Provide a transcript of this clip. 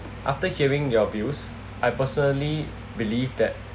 after hearing your views I personally believe that